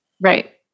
right